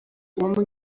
uwo